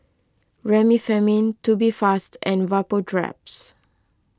Remifemin Tubifast and Vapodraps